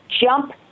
jump